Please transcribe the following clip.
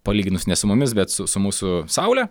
palyginus ne su mumis bet su su mūsų saule